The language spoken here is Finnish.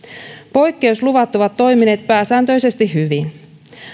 poikkeusluvat ovat toimineet pääsääntöisesti hyvin